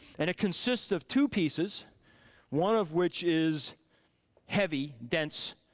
and it consists of two pieces one of which is heavy, dense,